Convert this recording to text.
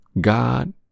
God